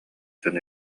дьон